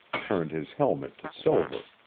turned his helmet to silver.